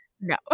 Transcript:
no